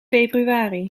februari